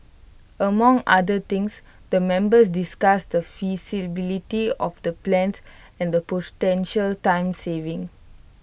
among other things the members discussed the feasibility of the plans and the time savings